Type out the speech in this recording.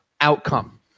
outcome